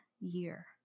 year